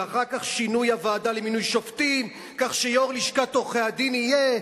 ואחר כך שינוי הוועדה למינוי שופטים כך שיו"ר לשכת עורכי-הדין יהיה,